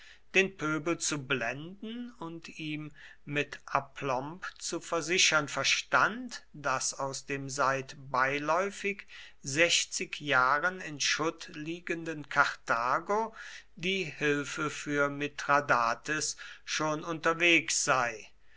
den pöbel zu blenden und ihm mit aplomb zu versichern verstand daß aus dem seit beiläufig sechzig jahren in schutt liegenden karthago die hilfe für mithradates schon unterwegs sei